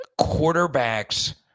Quarterbacks